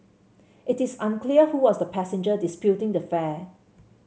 it is unclear who was the passenger disputing the fare